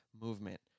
movement